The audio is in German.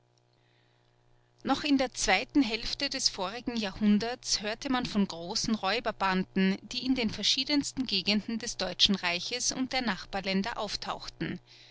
noch in der zweiten hälfte des vorigen jahrhunderts hörte man von großen räuberbanden die in den verschiedensten gegenden des deutschen reiches und der nachbarländer auftauchten